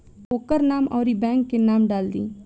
ओकर नाम अउरी बैंक के नाम डाल दीं